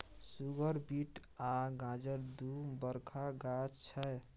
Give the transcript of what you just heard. सुगर beet आ गाजर दु बरखा गाछ छै